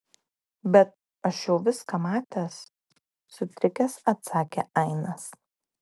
bet aš jau viską matęs sutrikęs atsakė ainas